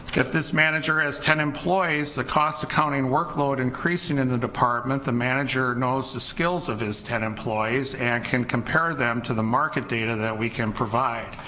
if this manager has ten employees the cost accounting workload increasing in the department, the manager knows the skills of his ten employees and can compare them to the market data that we can provide,